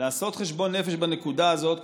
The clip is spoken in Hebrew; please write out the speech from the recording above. לעשות חשבון נפש בנקודה הזאת,